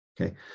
okay